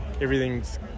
everything's